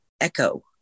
echo